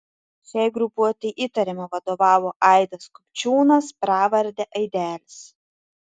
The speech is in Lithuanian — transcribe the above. šiai grupuotei įtariama vadovavo aidas kupčiūnas pravarde aidelis